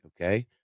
okay